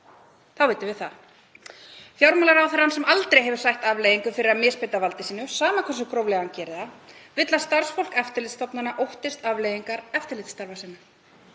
Þá vitum við það. Fjármálaráðherra, sem aldrei hefur sætt afleiðingum fyrir að misbeita valdi sínu, sama hversu gróflega hann gerir það, vill að starfsfólk eftirlitsstofnana óttist afleiðingar eftirlitsstarfa sinna,